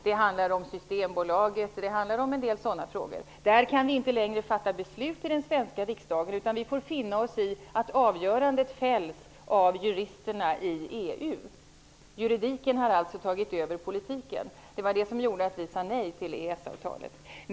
Det handlar t.ex. om Systembolaget och en del sådant. I de frågorna kan vi inte lägre fatta beslut i den svenska riksdagen utan får finna oss i att avgörandet fälls av juristerna i EU. Juridiken har alltså tagit över politiken, och det var det som gjorde att vi sade nej till EES-avtalet.